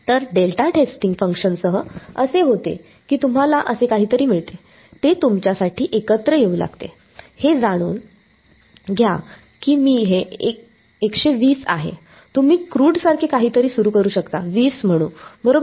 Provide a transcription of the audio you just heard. तर delta testing functions सह असे होते की तुम्हाला असे काहीतरी मिळते ते तुमच्यासाठी एकत्र येऊ लागते हे जाणून घ्या की मी हे 120 आहे तुम्ही क्रूडसारखे काहीतरी सुरू करू शकता 20 म्हणू बरोबर